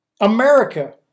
America